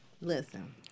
listen